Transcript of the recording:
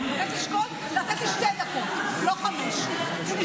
נתתי אחת, ויש